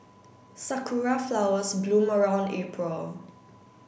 sakura flowers bloom around April